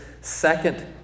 second